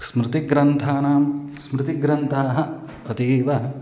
स्मृतिग्रन्थानां स्मृतिग्रन्थाः अतीव